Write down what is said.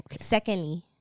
Secondly